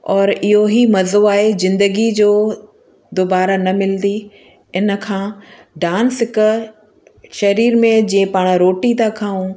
और इहो ई मज़ो आहे ज़िंदगी जो दोबारा न मिलंदी हिन खां डांस हिकु सरीर में जीअं पाणि रोटी था खाऊं